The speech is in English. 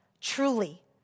truly